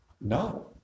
No